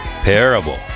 parable